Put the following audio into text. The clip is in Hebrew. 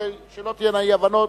כדי שלא תהיינה אי-הבנות,